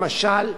למשל,